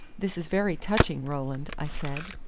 this is very touching, roland, i said.